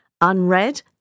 unread